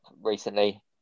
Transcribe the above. recently